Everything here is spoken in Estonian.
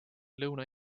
lõuna